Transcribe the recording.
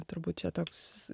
turbūt čia toks